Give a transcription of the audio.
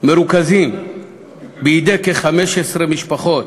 מרוכזים בידי כ-15 משפחות,